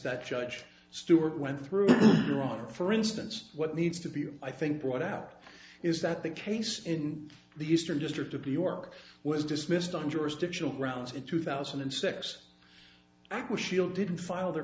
that judge stewart went through your honor for instance what needs to be i think brought out is that the case in the eastern district of new york was dismissed on jurisdictional grounds in two thousand and six at which she'll didn't file